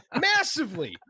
massively